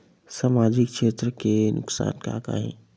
सामाजिक क्षेत्र के नुकसान का का हे?